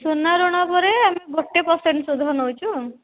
ସୁନା ଋଣ ଉପରେ ଆମେ ଗୋଟେ ପର୍ସେଣ୍ଟ୍ ସୁଧ ନେଉଛୁ